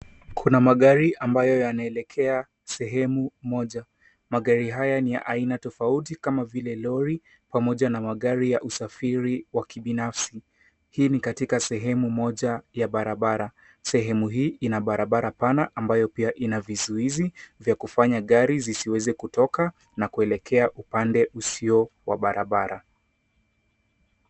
Kuna magari ambayo yanaelekea sehemu moja. Magari haya ni ya aina tofauti kama vile lori pamoja na magari ya usafiri wa kibinafsi. Hii ni katika sehemu moja ya barabara. Sehemu hii ina barabara pana ambayo pia ina vizuizi vya kufanya gari zisiweze kutoka na kuelekea upande usio wa barabara.